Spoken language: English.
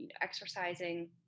exercising